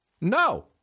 No